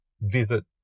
visit